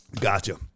gotcha